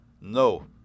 No